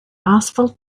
asphalt